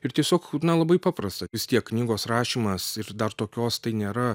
ir tiesiog na labai paprasta vis tiek knygos rašymas ir dar tokios tai nėra